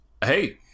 Hey